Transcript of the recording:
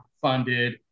Funded